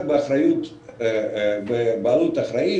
בבעלות אחריות.